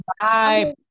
Bye